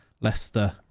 Leicester